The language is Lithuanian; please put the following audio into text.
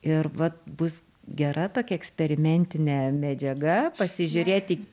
ir vat bus gera tokia eksperimentinė medžiaga pasižiūrėti